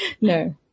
no